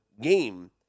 game